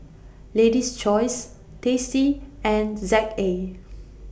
Lady's Choice tasty and Z A